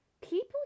people